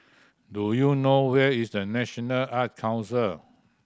do you know where is The National Art Council